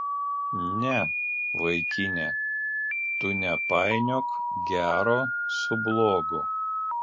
ne vaikine tu nepainiok gero su blogu